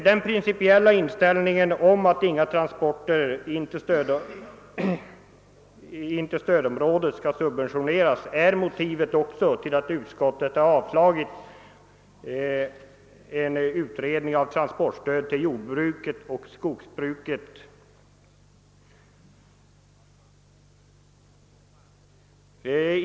Den principiella inställningen att inga transporter in till stödområdet skall subventioneras har också varit motivet till att utskottet har avstyrkt förslag om en utredning av transportstöd till jordoch skogsbruket.